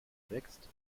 wächst